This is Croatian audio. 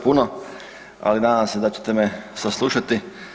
puno, ali nadam se da ćete me saslušati.